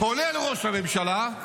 כולל ראש הממשלה,